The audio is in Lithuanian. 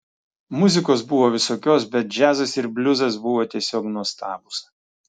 muzikos buvo visokios bet džiazas ir bliuzas buvo tiesiog nuostabūs